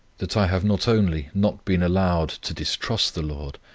that i have not only not been allowed to distrust the lord,